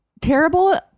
terrible